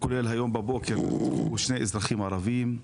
כולל היום הבוקר נרצחו שני אזרחים ערביים.